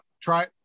try